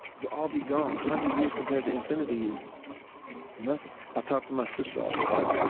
we'll all be gone hundred years compared to infinity is nothing. i talk to my sister all but